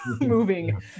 moving